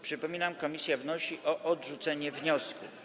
Przypominam, komisja wnosi o odrzucenie wniosku.